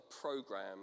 program